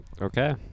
Okay